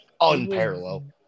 unparalleled